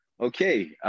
okay